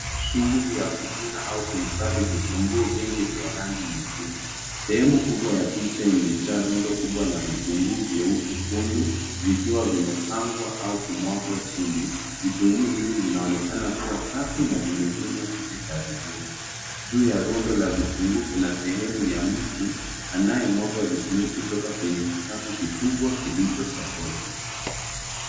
Shughuli ya kuvuna au kuhifadhi vitunguu vingi vya rangi nyekundu. Sehemu kubwa ya picha imejaa rundo kubwa la vitunguu vyeupe kundu, vikiwa vimepangwa au kumwagwa chini. Vitunguu hivi vinaonekana kuwa safi na vimevunwa hivi karibuni. Juu ya rundo la vitunguu kuna sehemu ya mtu, anayemwaga vitunguu kutoka kwenye kikapu kikubwa kilicho sokotwa.